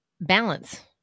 balance